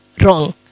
wrong